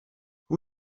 who